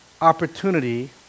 opportunity